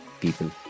people